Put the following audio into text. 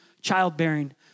childbearing